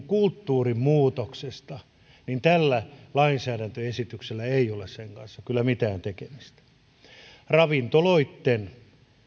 kulttuurin muutoksesta niin tällä lainsäädäntöesityksellä ei ole sen kanssa kyllä mitään tekemistä ravintoloitten